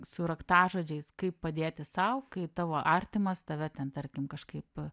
su raktažodžiais kaip padėti sau kai tavo artimas tave ten tarkim kažkaip